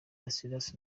ladislas